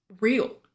real